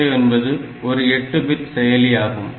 8085 என்பது ஒரு 8 பிட் செயலி ஆகும்